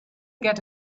get